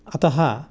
अतः